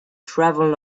traveled